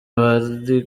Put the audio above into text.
bari